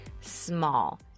small